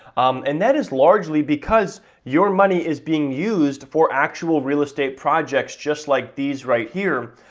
and that is largely because your money is being used for actual real estate projects just like these right here.